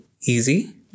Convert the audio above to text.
easy